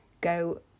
go